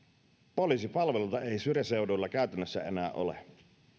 poliisipalveluita ei syrjäseuduilla käytännössä enää ole